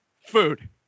food